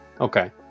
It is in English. Okay